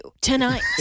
tonight